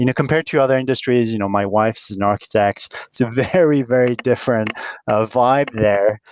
you know compared to other industries, you know my wife's is an architect. it's a very, very different ah vibe there,